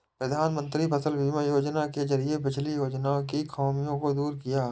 प्रधानमंत्री फसल बीमा योजना के जरिये पिछली योजनाओं की खामियों को दूर किया